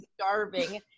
starving